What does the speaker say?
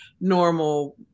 normal